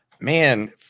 Man